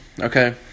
okay